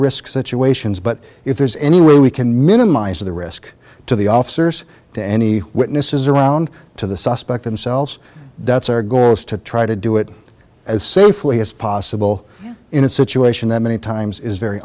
risk situations but if there's any way we can minimize the risk to the officers to any witnesses around to the suspect themselves that's our goal is to try to do it as safely as possible in a situation that many times is very